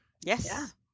yes